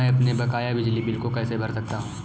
मैं अपने बकाया बिजली बिल को कैसे भर सकता हूँ?